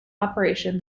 operation